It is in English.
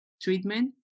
treatment